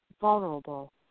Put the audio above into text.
vulnerable